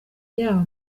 yaba